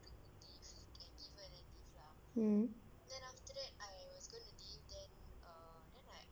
mm